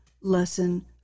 lesson